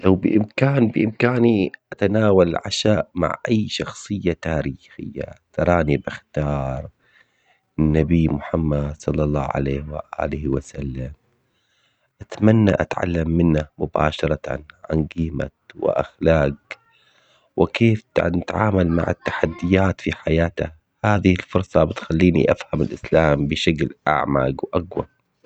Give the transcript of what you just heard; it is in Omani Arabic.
لو بامكان بامكاني اتناول العشاء مع اي شخصية تاريخية تراني باختار النبي محمد صلى الله عليه عليه وسلم. اتمنى اتعلم منه مباشرة عن قيمة واخلاق وكيف مع التحديات في حياته. هذه الفرصة بتخليني افهم الاسلام بشكل اعمق واقوى